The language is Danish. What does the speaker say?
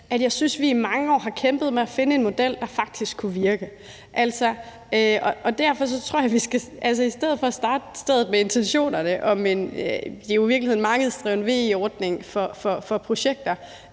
at jeg synes, vi i mange år har kæmpet med at finde en model, der faktisk kunne virke. Derfor tror jeg, at vi i stedet for at starte med intentionerne – det er jo i virkeligheden en markedsdrevet VE-ordning for projekter